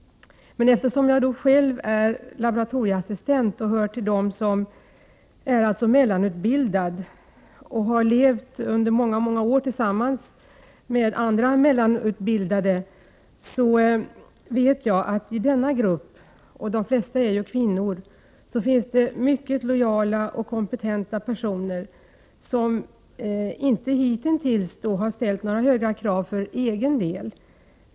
Men eftersom jag själv är laboratorieassistent och hör till dem som är mellanutbildade och eftersom jag under många år levt tillsammans med andra mellanutbildade vet jag att det i denna grupp — de flesta är kvinnor —- finns mycket lojala och kompetenta personer, som hittills inte ställt några höga krav för sin egen del.